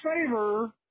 favor